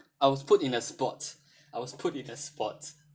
I was put in a spot I was put in a spot